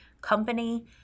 company